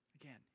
Again